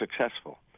successful